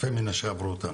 אלפי מנשה עברו אותנו.